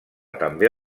també